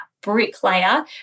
bricklayer